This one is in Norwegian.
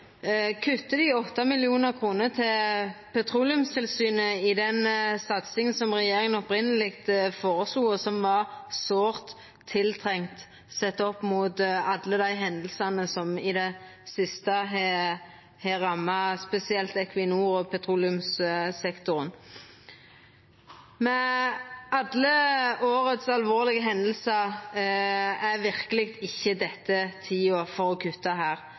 dei 8 mill. kr til Petroleumstilsynet i satsinga som regjeringa opphavleg føreslo, og som var sårt tiltrengt sett opp mot alle hendingane som i det siste har ramma spesielt Equinor og petroleumssektoren. Med alle dei alvorlege hendingane i år er dette verkeleg ikkje tida for å kutta her.